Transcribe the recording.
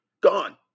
Gone